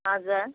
हजुर